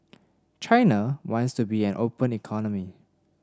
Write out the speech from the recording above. China wants to be an open economy